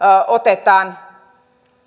otetaan